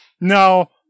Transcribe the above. no